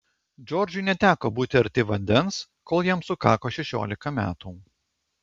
džordžui neteko būti arti vandens kol jam sukako šešiolika metų